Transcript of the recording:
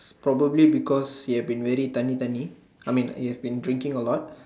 probably because he have been tunny tunny I mean he has been drinking a lot